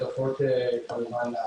ששותפות אלי